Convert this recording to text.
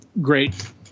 great